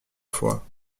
foi